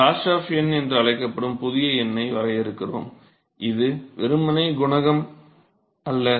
Grashof எண் என்று அழைக்கப்படும் புதிய எண்ணை வரையறுக்கிறோம் இது வெறுமனே குணகம் அல்ல